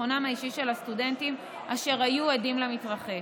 בביטחונם האישי של הסטודנטים אשר היו עדים למתרחש.